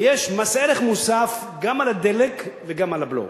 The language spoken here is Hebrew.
ויש מס ערך מוסף גם על הדלק וגם על הבלו.